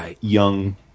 young